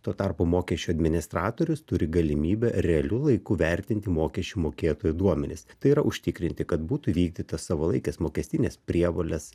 tuo tarpu mokesčių administratorius turi galimybę realiu laiku vertinti mokesčių mokėtojų duomenis tai yra užtikrinti kad būtų įvykdytas savalaikės mokestinės prievolės